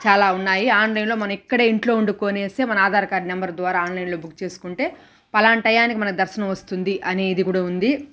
చాలా ఉన్నాయి ఆన్లైన్లో మన ఎక్కడ ఇంట్లో ఉండుకొనేసి మన ఆధార్ కార్డ్ నంబర్ ద్వారా ఆన్లైన్లో బుక్ చేసుకుంటే పలాన టయానికి మన దర్శనమొస్తుంది అనేది గూడ ఉంది